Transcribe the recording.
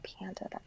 panda